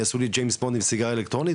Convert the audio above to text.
יעשו ג'ימס עם סיגריה אלקטרונית?